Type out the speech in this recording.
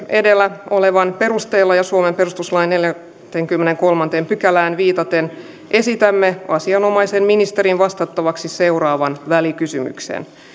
edellä olevan perusteella ja suomen perustuslain neljänteenkymmenenteenkolmanteen pykälään viitaten esitämme asianomaisen ministerin vastattavaksi seuraavan välikysymyksen